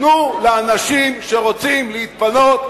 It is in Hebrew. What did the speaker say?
תנו לאנשים שרוצים להתפנות,